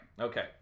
Okay